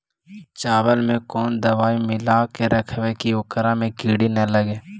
चावल में कोन दबाइ मिला के रखबै कि ओकरा में किड़ी ल लगे?